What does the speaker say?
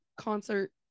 concert